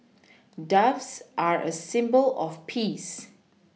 doves are a symbol of peace